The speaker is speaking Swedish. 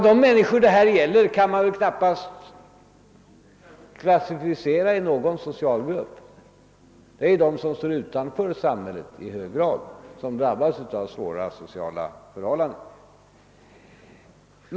De människor det här gäller kan dock knappast hänföras till någon särskild socialgrupp — det gäller i hög grad att de som står utanför samhället drabbas av svåra sociala förhållanden.